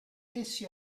essi